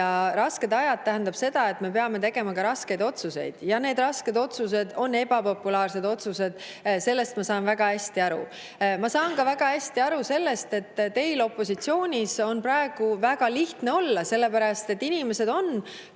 ja rasked ajad tähendab seda, et me peame tegema ka raskeid otsuseid, ja need rasked otsused on ebapopulaarsed otsused. Sellest ma saan väga hästi aru. Ma saan väga hästi aru ka sellest, et teil opositsioonis on praegu väga lihtne olla, sellepärast et inimesed on